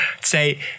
say